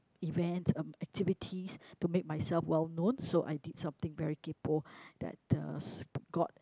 event um activities to make myself well known so I did something very kaypo that uh got